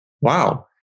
Wow